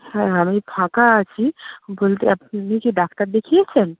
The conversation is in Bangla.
হ্যাঁ আমি ফাঁকা আছি বলতে আপনি কি ডাক্তার দেখিয়েছেন